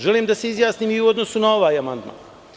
Želim da se izjasnim i u odnosu na ovaj amandman.